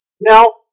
Now